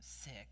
sick